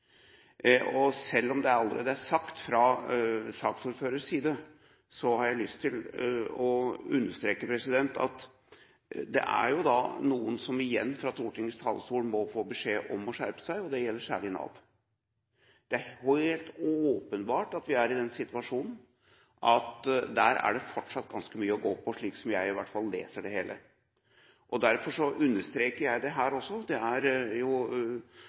forvaltningen. Selv om det allerede er sagt fra saksordførerens side, har jeg lyst til å understreke at det er noen som igjen fra Stortingets talerstol må få beskjed om å skjerpe seg, og det gjelder særlig Nav. Det er helt åpenbart at vi er i den situasjonen at der er det fortsatt ganske mye å gå på, slik som i hvert fall jeg leser det hele. Derfor understreker jeg det her også. Det er jo